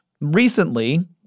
recently